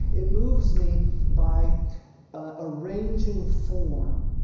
it moves me by arranging form.